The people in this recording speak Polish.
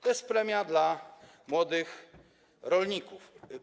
To jest premia dla młodych rolników.